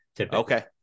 Okay